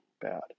bad